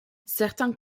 certains